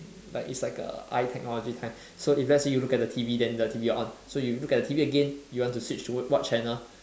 like it's like a eye technology kind so if let's say you look at the T_V then the T_V will on so you look at the T_V again you want to switch to what channel